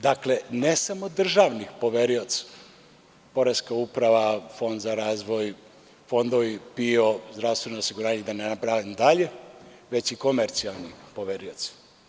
Dakle, ne samo državnih poverioca, poreska uprava, Fond za razvoj, fondovi PIO i da ne nabrajam dalje, već i komercijalni poverioci.